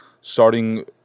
starting